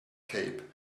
cape